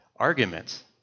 Arguments